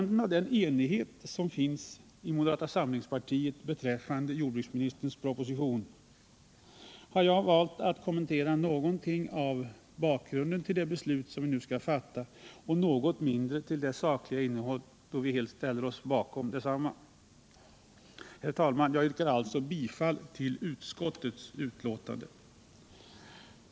Med tanke på den enighet som finns i moderata sam Fredagen den lingspartiet beträffande jordbruksministerns proposition har jag valt att 16 december 1977 kommentera något av bakgrunden till det beslut, som vi nu skall fatta, och något mindre av det sakliga innehållet, eftersom vi helt ställer oss — Jordbrukspolitibakom detsamma. ken, m.m. Herr talman! Jag yrkar sålunda bifall till utskottets betänkande.